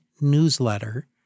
newsletter